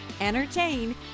entertain